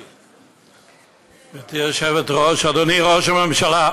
גברתי היושבת-ראש, אדוני ראש הממשלה,